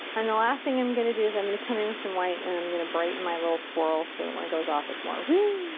and the last thing i'm gonna do is i'm gonna come in with some white and i'm gonna brighten my little swirl so that when it goes off it's more wooooo!